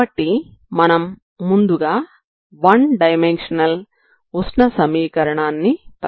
కాబట్టి మనం ముందుగా వన్ డైమన్షనల్ ఉష్ణ సమీకరణాన్ని పరిగణిస్తాము